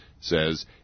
says